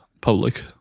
public